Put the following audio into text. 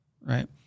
right